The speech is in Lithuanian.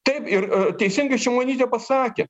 taip ir teisingai šimonytė pasakė